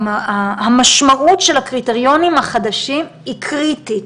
המשמעות של הקריטריונים החדשים היא קריטית.